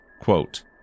quote